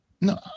no